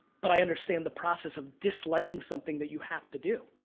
but i understand the process of disliking something that you have to do.